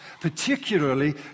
particularly